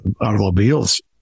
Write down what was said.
automobiles